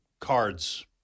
cards